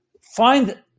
Find